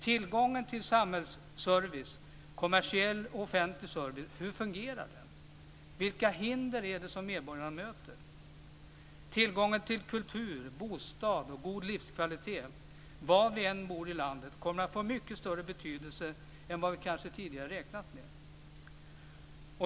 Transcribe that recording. Tillgången till samhällsservice, kommersiell och offentlig service - hur fungerar den? Vilka hinder är det som medborgaren möter? Tillgången till kultur, bostad och god livskvalitet var vi än bor i landet kommer att få mycket större betydelse än vad vi tidigare kanske räknat med.